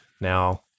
now